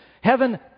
Heaven